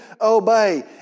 obey